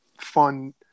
fun